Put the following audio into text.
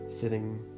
sitting